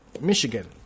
Michigan